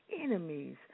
enemies